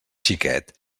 xiquet